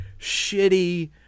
shitty